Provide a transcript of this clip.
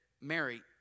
Mary